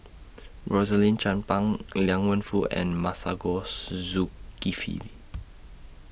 Rosaline Chan Pang Liang Wenfu and Masagos Zulkifli